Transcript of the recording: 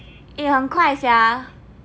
eh 很快 sia